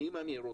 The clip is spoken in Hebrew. מי ממיר אותו?